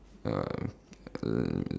um uh